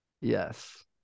Yes